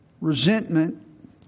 Resentment